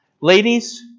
Ladies